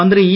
മന്ത്രി ഇ